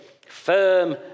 firm